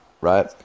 right